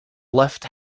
left